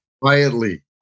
quietly